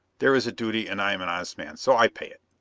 there is a duty and i am an honest man, so i pay it.